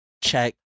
check